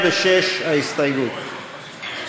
ההסתייגות (106)